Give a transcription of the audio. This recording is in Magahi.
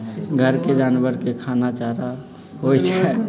घर के जानवर के खाना चारा होई छई